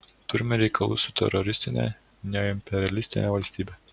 turime reikalų su teroristine neoimperialistine valstybe